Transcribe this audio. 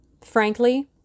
Frankly